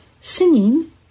singing